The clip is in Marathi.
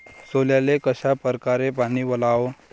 सोल्याले कशा परकारे पानी वलाव?